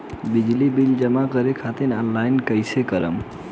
बिजली बिल जमा करे खातिर आनलाइन कइसे करम?